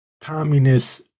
communist